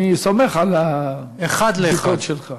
אני סומך על הבדיקות שלך.